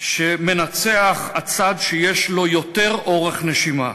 שמנצח הצד שיש לו יותר אורך נשימה.